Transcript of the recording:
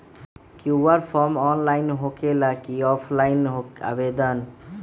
QR form online होकेला कि offline आवेदन?